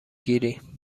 گیری